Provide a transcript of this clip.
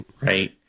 right